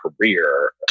career